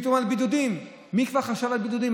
פתאום בידודים, מי כבר חשב על בידודים?